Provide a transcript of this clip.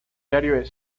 diario